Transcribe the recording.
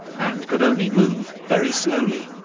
and could only move very slowly.